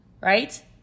right